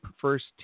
first